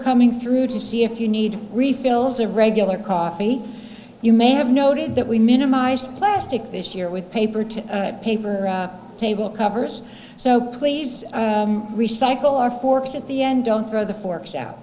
coming through to see if you need refills or regular coffee you may have noted that we minimized plastic this year with paper to paper table covers so please recycle our forks at the end don't throw the forks out